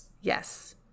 yes